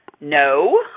No